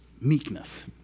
Meekness